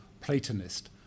Platonist